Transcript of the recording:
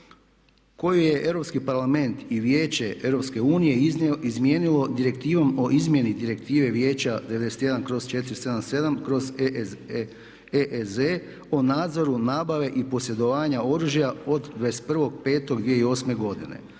koju je Europski parlament i Vijeće EU izmijenilo Direktivom o izmjeni Direktive vijeća 91/477/EEZ o nadzoru nabave i posjedovanja oružja od 21.05.2008. godine.